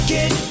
Get